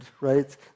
right